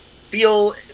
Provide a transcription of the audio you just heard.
feel